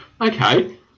Okay